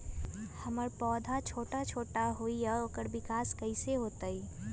हमर पौधा छोटा छोटा होईया ओकर विकास कईसे होतई?